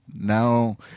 now –